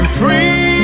free